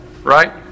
right